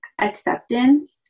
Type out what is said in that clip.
acceptance